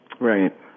Right